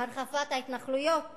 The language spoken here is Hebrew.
ההתנחלויות